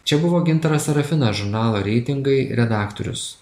čia buvo gintaras sarafinas žurnalo reitingai redaktorius